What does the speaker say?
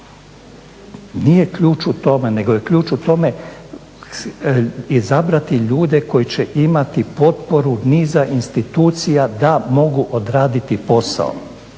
Nije ključ u tome, nego je ključ u tome izabrati ljude koji će imati potporu niza institucija da mogu odraditi posao